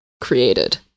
created